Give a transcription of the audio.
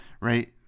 Right